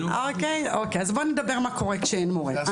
אז בואו נדבר מה קורה כשאין מורה.